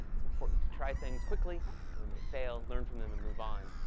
it's important to try things quickly and when they fail, learn from them and move on.